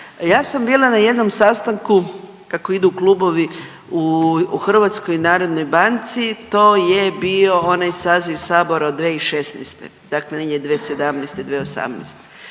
Ja sam bila na jednom sastanku kako idu klubovi u HNB-u, to je bio onaj saziv sabora od 2016., dakle negdje 2017.-2018.